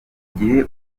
gihe